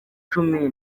cumi